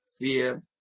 fear